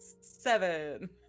seven